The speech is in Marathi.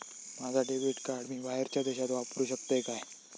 माझा डेबिट कार्ड मी बाहेरच्या देशात वापरू शकतय काय?